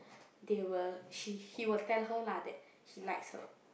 they will she he will tell her lah he likes her